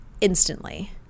Instantly